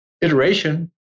iteration